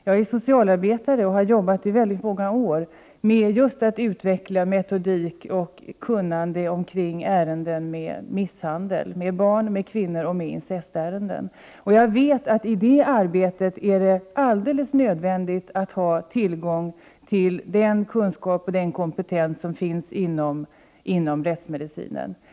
Jag är socialarbetare och har i väldigt många år arbetat just med att utveckla metodik och kunnande omkring ärenden som rör incest och misshandel av barn och kvinnor. Jag vet att det i detta arbete är nödvändigt att ha tillgång till den kunskap och kompetens som finns inom rättsmedicinen.